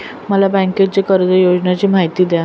मला बँकेच्या कर्ज योजनांची माहिती द्या